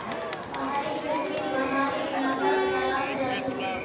पहाड़ी खेती पहाड़ी इलाकात कराल जाछेक